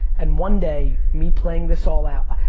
and one day me playing this all out.